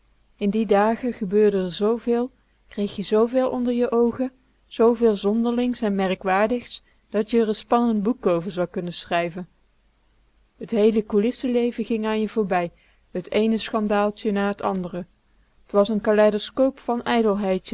in die dagen gebeurde r zooveel kreeg je zooveel onder je oogen zooveel zonderlings en merkwaardigs dat je r n spannend boek over zou kunnen schrijven t heele coulisse leven ging aan je voorbij t eene schandaaltje na t andere t was n kaleidoskoop van